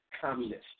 communist